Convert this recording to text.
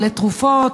או לתרופות,